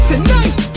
Tonight